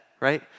right